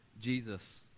Jesus